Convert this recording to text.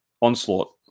Onslaught